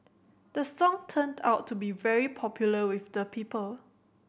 the song turned out to be very popular with the people